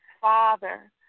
father